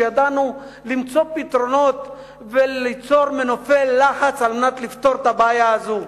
כשידענו למצוא פתרונות וליצור מנופי לחץ על מנת לפתור את הבעיה הזאת,